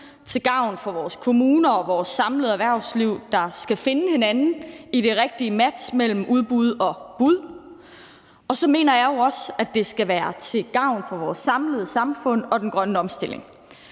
til gavn for vores kommuner og vores samlede erhvervsliv, der skal finde hinanden i det rigtige match mellem udbud og bud. Så mener jeg jo også, at det skal være til gavn for vores samlede samfund og den grønne omstilling.